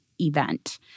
event